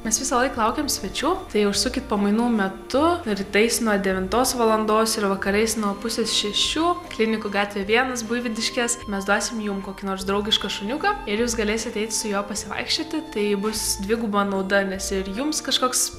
mes visąlaik laukiam svečių tai užsukit pamainų metu rytais nuo devintos valandos ir vakarais nuo pusės šešių klinikų gatvė vienas buivydiškės mes duosim jum kokį nors draugišką šuniuką ir jūs galėsit eiti su juo pasivaikščioti tai bus dviguba nauda nes ir jums kažkoks